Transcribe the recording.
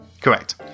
Correct